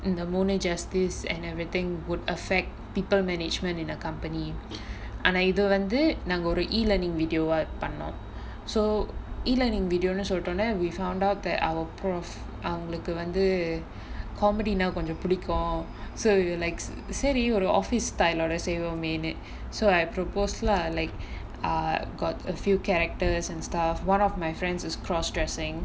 in the morning justice and everything would affect people management in the company ஆனா இது வந்து நாங்க ஒரு:aanaa ithu vanthu naanga oru e-learning video வா இது பண்ணோ:vaa ithu panno so e-learning video ன்டு சொல்டோனே:ndu soltonae we found out that our professor அவங்களுக்கு வந்து:avangalukku vanthu comedy ன்டா கொஞ்சம் புடிக்கும்:ndaa konjam pudikum so if like சரி ஒரு:sari oru office style ஓட செய்வோமேன்னு:oda seivomaenu so I propose lah like I got a few characters and stuff one of my friends is cross dressing